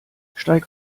steig